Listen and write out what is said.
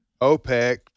OPEC